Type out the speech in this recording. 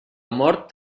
mort